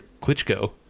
Klitschko